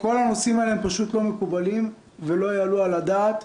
כל הנושאים האלה פשוט לא מקובלים ולא יעלו על הדעת.